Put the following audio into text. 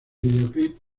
videoclip